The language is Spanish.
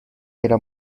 era